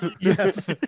Yes